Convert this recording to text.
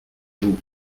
vous